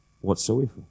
whatsoever